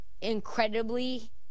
incredibly